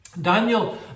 Daniel